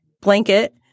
blanket